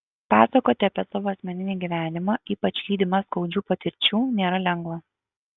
pasakoti apie savo asmeninį gyvenimą ypač lydimą skaudžių patirčių nėra lengva